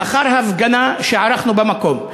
לאחר הפגנה שערכנו במקום,